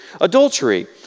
adultery